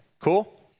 Cool